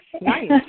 Nice